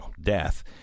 death